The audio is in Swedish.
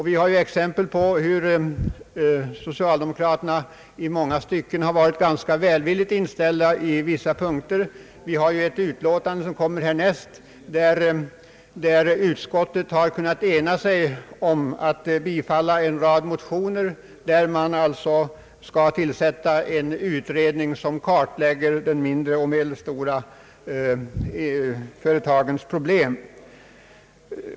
Vi har ju också exempel på att socialdemokraterna därvidlag i många stycken har varit ganska välvilligt inställda på vissa punkter. I det utlåtande som kommer härnäst på föredragningslistan har utskottet kunnat ena sig om att bifalla en rad motioner om att tillsätta en utredning som skall kartlägga de mindre och medelstora företagens problem.